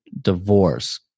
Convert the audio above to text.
divorce